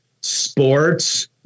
sports